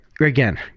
again